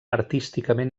artísticament